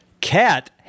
Cat